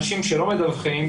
אנשים שלא מדווחים,